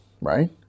right